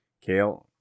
Kale